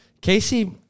Casey